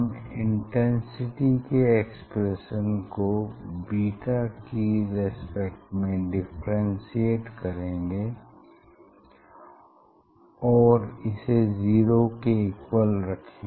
हम इंटेंसिटी के एक्सप्रेशन को बीटा की रेस्पेक्ट में डिफ्रेंसिएट करेंगे और इसे जीरो के इक्वल रखेंगे